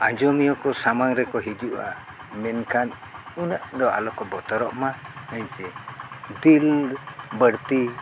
ᱟᱸᱡᱚᱢᱤᱭᱟᱹ ᱠᱚ ᱥᱟᱢᱟᱝ ᱨᱮᱠᱚ ᱦᱤᱡᱩᱜᱼᱟ ᱢᱮᱱᱠᱷᱟᱱ ᱩᱱᱟᱹᱜ ᱫᱚ ᱟᱞᱚ ᱠᱚ ᱵᱚᱛᱚᱨᱚᱜ ᱢᱟ ᱡᱮ ᱫᱤᱞ ᱵᱟᱹᱲᱛᱤ